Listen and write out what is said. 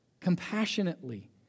compassionately